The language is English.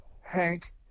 hank